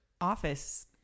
office